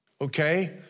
okay